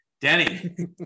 Denny